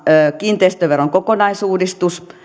kiinteistöveron kokonaisuudistus